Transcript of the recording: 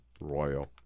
royal